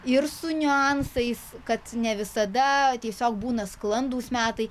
ir su niuansais kad ne visada tiesiog būna sklandūs metai